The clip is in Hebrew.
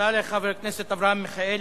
תודה לחבר הכנסת אברהם מיכאלי.